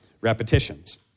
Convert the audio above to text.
repetitions